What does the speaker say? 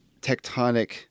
tectonic